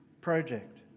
project